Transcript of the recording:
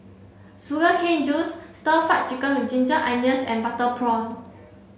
sugar cane juice stir fry chicken with ginger onions and butter prawn